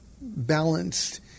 balanced